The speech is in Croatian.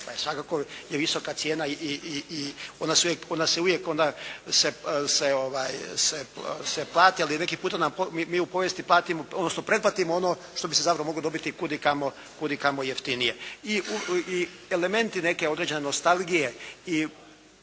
svakako i visoka cijena i ona se uvijek onda se plati, ali neki puta mi u povijesti platimo, odnosno pretplatimo ono što bi se zapravo moglo dobiti kudikamo jeftinije. I elementi neke određene nostalgije i